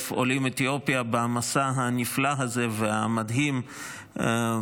העולים מאתיופיה במסע הנפלא והמדהים הזה,